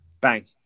bang